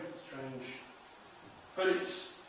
strange but it's